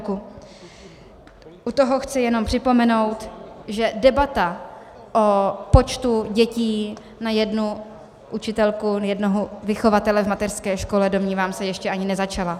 U toho chci jenom připomenout, že debata o počtu dětí na jednu učitelku, jednoho vychovatele, v mateřské škole, domnívám se, že ještě ani nezačala.